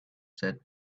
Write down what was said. said